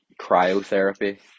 cryotherapy